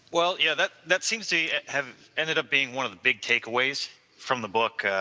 well, yeah that that seems you have ended up being one of the big takeaways from the book,